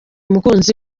umukunzi